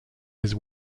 his